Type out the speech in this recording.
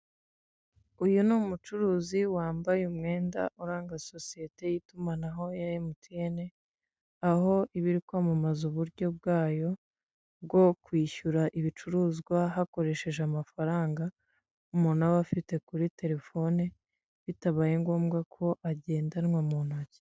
Uyu ni umucuruzi wambaye umwenda uranga sosiyete y'itumanaho ya MTN aho iba iri kwamamaza uburyo bwayo bwo kwishyura ibicuruzwa hakoresheje amafaranga umuntu aba afite kuri telefone bitabaye ngomba ko agendanwa mu ntoki.